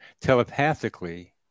telepathically